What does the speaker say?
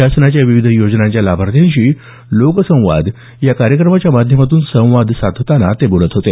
शासनाच्या विविध योजनांच्या लाभार्थ्यांशी लोकसंवाद या कार्यक्रमाच्या माध्यमातून संवाद साधताना ते बोलत होते